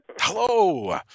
hello